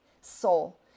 soul